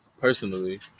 personally